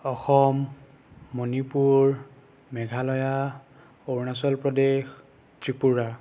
Assam Manipur Meghalaya Arunachal Pradesh Tripura